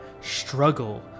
struggle